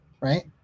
right